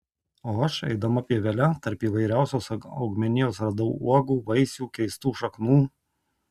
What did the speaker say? o aš eidama pievele tarp įvairiausios augmenijos radau uogų vaisių keistų šaknų